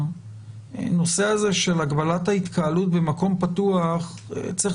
שהנושא הזה של הגבלת ההתקהלות במקום פתוח צריך